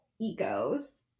egos